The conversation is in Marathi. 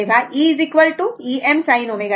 तर e Em sin ω t